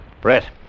Brett